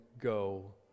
go